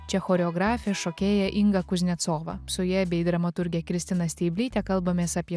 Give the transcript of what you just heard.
čia choreografė šokėja inga kuznecova su ja bei dramaturge kristina steiblyte kalbamės apie